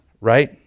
right